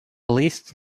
leased